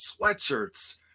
sweatshirts